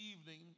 evening